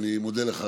ואני מודה לך,